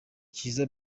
kiiza